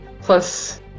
plus